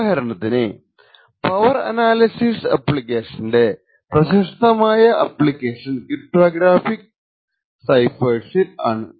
ഉദാഹരണത്തിന് power analysis ആപ്പ്ളിക്കേഷന്റെ പ്രശസ്തമായ അപ്ലിക്കേഷൻ ക്രിപ്റ്റോഗ്രാഫിക് സെഫേഴ്സിൽ ആണ്